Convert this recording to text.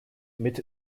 mit